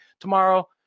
tomorrow